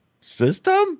system